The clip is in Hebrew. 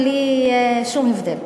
בלי שום הבדל.